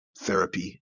therapy